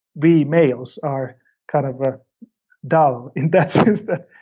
we males are kind of dull in that sense,